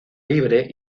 libre